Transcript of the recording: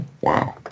Wow